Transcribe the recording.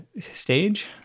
stage